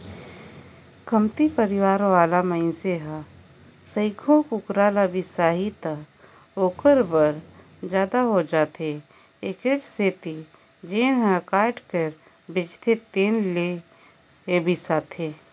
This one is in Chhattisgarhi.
कमती परवार वाला मनखे ह सइघो कुकरा ल बिसाही त ओखर बर जादा हो जाथे एखरे सेती जेन ह काट कर बेचथे तेन में ले बिसाथे